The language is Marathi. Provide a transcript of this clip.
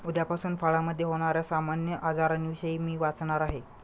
उद्यापासून फळामधे होण्याऱ्या सामान्य आजारांविषयी मी वाचणार आहे